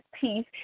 peace